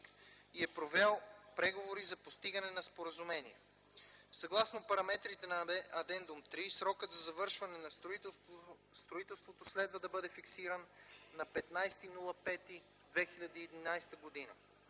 и е провел преговори за постигане на споразумение. Съгласно параметрите на Адендум 3 срокът за завършване на строителството следва да бъде фиксиран на 15 май 2011 г.